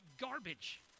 garbage